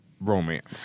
romance